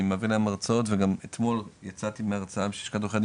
אני מעביר להם הרצאות וגם אתמול יצאתי מהרצאה בלשכת עורכי הדין